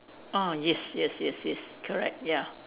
ah yes yes yes yes correct ya